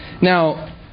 Now